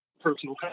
personal